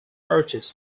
artist